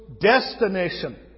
destination